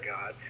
God